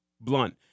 Blunt